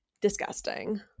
disgusting